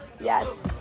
Yes